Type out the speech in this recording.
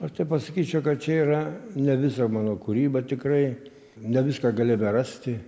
aš tai pasakyčiau kad čia yra ne visa mano kūryba tikrai ne viską gali rasti